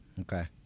Okay